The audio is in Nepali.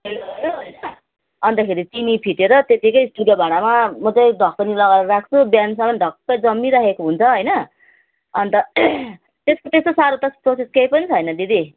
अन्तखेरि चिनी फिटेर त्यत्तिकै भाँडामा म चाहिँ ढकनी लगाएर राख्छु बिहानसम्म ढक्क जामिराखेको हुन्छ होइन अनि त त्यसको त्यस्तो साह्रो त प्रोसेस केही पनि छैन दिदी